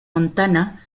montana